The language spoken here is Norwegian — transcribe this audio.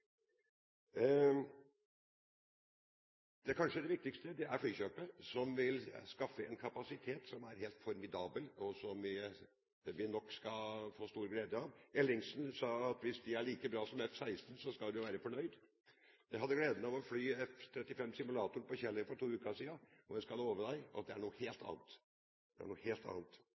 Det kanskje viktigste er flykjøpet, som vil skaffe en kapasitet som er helt formidabel, og som vi nok skal få stor glede av. Ellingsen sa at hvis disse flyene er like bra som F-16, skal vi være fornøyd. Jeg hadde gleden av å fly F-35-simulatoren på Kjeller for to uker siden, og jeg skal love at det er noe helt annet. En annen ting som jeg vil nevne, er